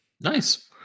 Nice